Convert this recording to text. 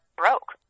broke